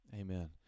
Amen